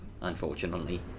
unfortunately